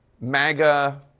MAGA